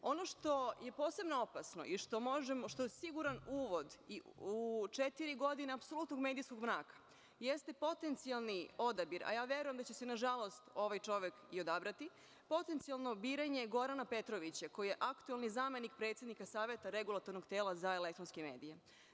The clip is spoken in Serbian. Ono što je posebno opasno i što je siguran uvod u četiri godine apsolutnog medijskog mraka, jeste potencijalni odabir, a ja verujem da će se, nažalost, ovaj čovek i odabrati, potencijalno biranje Gorana Petrovića, koji je aktuelni zamenik predsednika Saveta Regulatornog tela za elektronske medije.